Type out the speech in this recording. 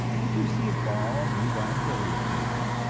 if you see a ball move on a billiard table,